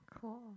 Cool